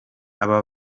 aba